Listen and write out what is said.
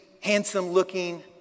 handsome-looking